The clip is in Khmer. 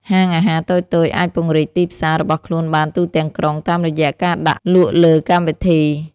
ហាងអាហារតូចៗអាចពង្រីកទីផ្សាររបស់ខ្លួនបានទូទាំងក្រុង តាមរយៈការដាក់លក់លើកម្មវិធី។